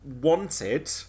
Wanted